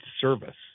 service